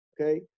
Okay